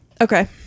Okay